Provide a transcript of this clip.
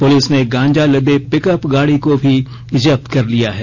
police ने गांजा लदे पिकअप गाड़ी को भी जब्त कर लिया है